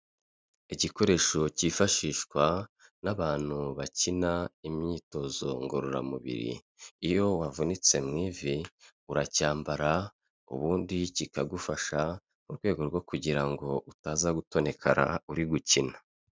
Igikoresho cyifashishwa n'abantu bakina imyitozo ngororamubiri, iyo wavunitse mw’ivi uracyambara ubundi kikagufasha mu rwego rwo kugira ngo utaza gutonekara uri gukina.